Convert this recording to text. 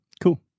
cool